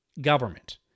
government